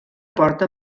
porta